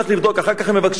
אחר כך הם מבקשים עוד תקציבים.